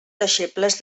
deixebles